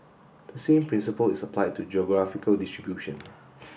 the same principle is applied to geographical distribution